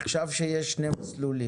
עכשיו כאשר יש שני מסלולים,